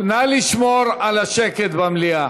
נא לשמור על השקט במליאה.